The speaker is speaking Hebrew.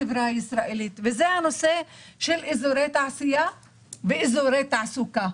לנושא של אזורי תעשייה ואזורי תעסוקה.